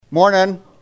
Morning